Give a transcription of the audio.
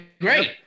great